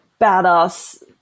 badass